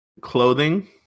clothing